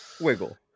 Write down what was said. wiggle